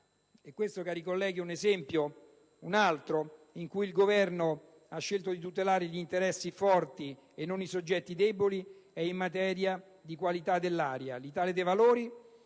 esempio, cari colleghi, in cui il Governo ha scelto di tutelare gli interessi forti e non i soggetti deboli è in materia di qualità dell'aria. L'Italia dei Valori